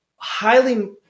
highly